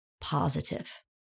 positive